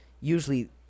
usually